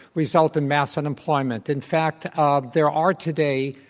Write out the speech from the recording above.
result in mass unemployment. in fact, ah there are today,